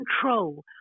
control